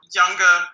younger